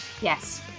Yes